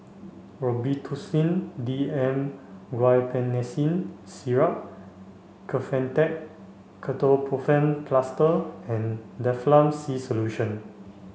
Robitussin D M Guaiphenesin Syrup Kefentech Ketoprofen Plaster and Difflam C Solution